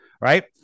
Right